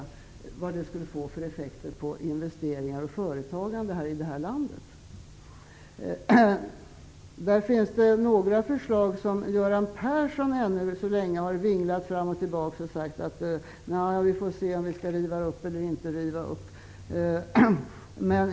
Det gäller då effekterna på investeringar och företagande i det här landet. I fråga om några förslag har Göran Persson än så länge vinglat fram och tillbaka. Han har sagt: Nja, vi får se om vi skall riva upp eller inte.